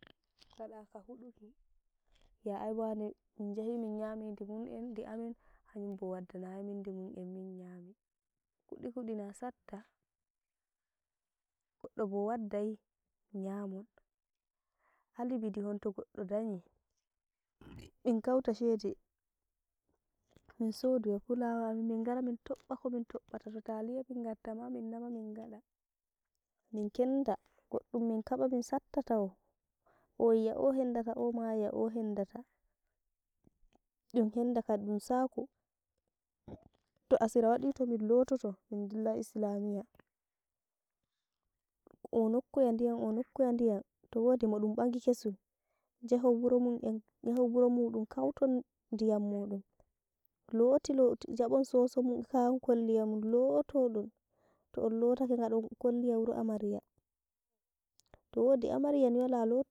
Ngada ka huduki ngi'a ai waane min jahi min nyami nɗi mun en nɗi ami hanyum bo wadda nai min ndimum en min nyami kudi kudi na satta, godɗo bo waddai nyamon, albidihon to godɗo danyi min kauta sheɗe min sodoya amin min gara min tobba komin tobɓata, min tobɓata to taliya min kaba min sapta tawo owi'a ohendata omaa wi'a ohendata, ɗum hendakal ɗum sako, ta asira wadi tomin lotake min ndillai islamiya, onokkoya ndiyam onokkoya ndiyam towadi modum mbaji kesum jahon wuro en jahon muɗum kauton ndiyam modon loti-loti njabon soso mun e kayan kolliya mun lotodn, to onlotake ngadon kolliya wuro amarya towadi amarni wala lo.